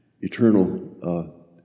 eternal